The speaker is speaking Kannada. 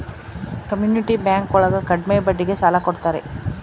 ಕಮ್ಯುನಿಟಿ ಬ್ಯಾಂಕ್ ಒಳಗ ಕಡ್ಮೆ ಬಡ್ಡಿಗೆ ಸಾಲ ಕೊಡ್ತಾರೆ